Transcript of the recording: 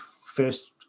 first